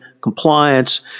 compliance